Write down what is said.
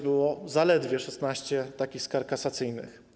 Było zaledwie 16 takich skarg kasacyjnych.